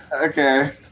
Okay